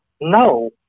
No